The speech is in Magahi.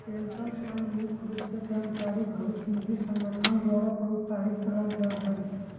पेंशन फंड मुख्य रूप से कर्मचारी भविष्य निधि संगठन द्वारा प्रोत्साहित करल जा हय